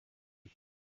mind